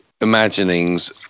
imaginings